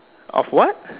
of what